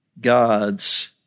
God's